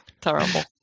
Terrible